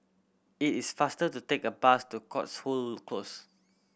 it is faster to take the bus to Cotswold Close